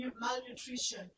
malnutrition